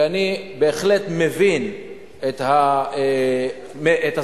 ואני בהחלט מבין את הזעקה.